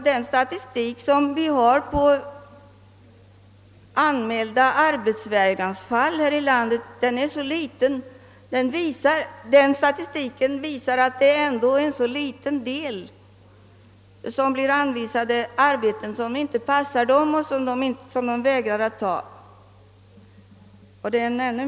Den statistik som vi har över anmälda arbetsvägransfall i vårt land visar att endast en mycket liten del av de anvisade arbetena inte passar den arbetssökande och därför inte accepteras av denne.